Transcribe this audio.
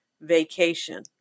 vacation